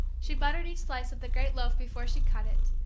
she buttered each slice of the great loaf before she cut it,